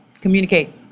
Communicate